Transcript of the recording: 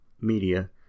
media